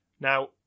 Now